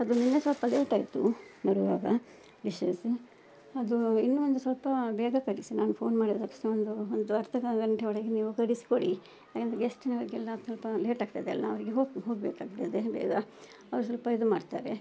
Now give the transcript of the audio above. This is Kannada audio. ಅದು ನಿನ್ನೆ ಸ್ವಲ್ಪ ಲೇಟಾಯಿತು ಬರುವಾಗ ಡಿಶಸ್ ಅದು ಇನ್ನು ಒಂದು ಸ್ವಲ್ಪ ಬೇಗ ಕಳಿಸಿ ನಾನು ಫೋನ್ ಮಾಡಿದ ತಕ್ಷಣ ಒಂದು ಒಂದು ಅರ್ಧ ಗಂಟೆಯೊಳಗೆ ನೀವು ಕಳಿಸಿಕೊಡಿ ಏಕೆಂದ್ರೆ ಗೆಸ್ಟಿನವರಿಗೆಲ್ಲ ಸ್ವಲ್ಪ ಲೇಟಾಗ್ತದೆ ಅಲ್ಲ ಅವರಿಗೆ ಹೋಗಿ ಹೋಗಬೇಕಾಗ್ತದೆ ಬೇಗ ಅವ್ರು ಸ್ವಲ್ಪ ಇದು ಮಾಡ್ತಾರೆ